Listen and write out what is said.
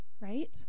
Right